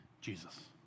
Jesus